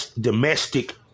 domestic